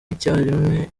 icyarimwe